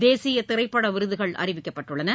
தேசிய திரைப்பட விருதுகள் அறிவிக்கப்பட்டுள்ளன